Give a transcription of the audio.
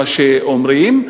כמו שאומרים,